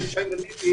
מסגרת עם שישה ילדים,